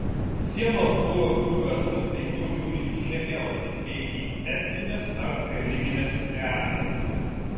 sienos buvo nuvestos veikiau žiūrint į žemėlapį nei į etnines ar religines realijas